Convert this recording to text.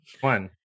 One